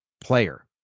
player